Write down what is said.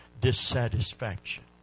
dissatisfaction